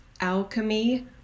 alchemy